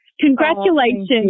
Congratulations